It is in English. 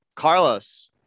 Carlos